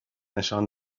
نشان